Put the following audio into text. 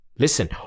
Listen